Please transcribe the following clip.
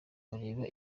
bareba